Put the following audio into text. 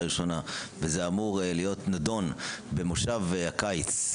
ראשונה ואמור להיות נדון במושב הקיץ,